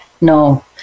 No